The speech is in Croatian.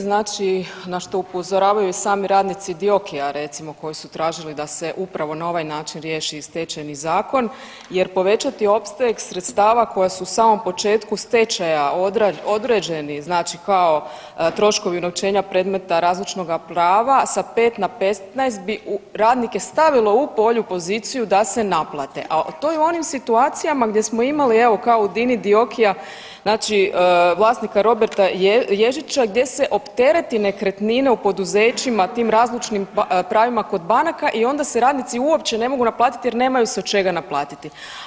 Znači na što upozoravaju i sami radnici Diokija, recimo, koji su tražili da se upravo na ovaj način riješi Stečajni zakon jer, povećati opseg sredstava koja su u samom početku stečaja određeni znači kao troškovi unovčenja predmeta razlučnoga prava sa 5 na 15 bi radnike stavilo u bolju poziciju da se naplate, a to je u onim situacijama gdje smo imali, evo, kao u Dini Diokija, znači vlasnika Roberta Ježića, gdje se optereti nekretnina u poduzećima tim razlučnim pravima kod banaka i onda se radnici uopće ne mogu naplatiti jer nemaju se od čega naplatiti.